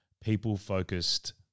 people-focused